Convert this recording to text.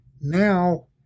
Now